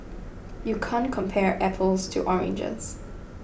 you can't compare apples to oranges